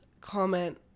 comment